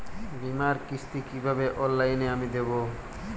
বীমার কিস্তি কিভাবে অনলাইনে আমি দেবো?